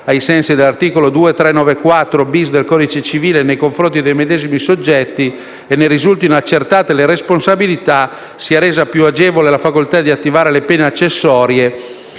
ai sensi dell'articolo 2394-*bis* del codice civile nei confronti dei medesimi soggetti e ne risultino accertate le responsabilità, sia resa più agevole la facoltà di attivare le pene accessorie,